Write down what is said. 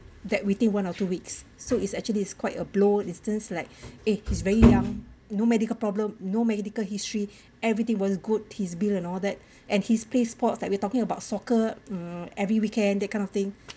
that within one or two weeks so it's actually is quite a blow is just like eh he's very young no medical problem no medical history everything was good his bill and all that and he's play sports like we talking about soccer mm every weekend that kind of thing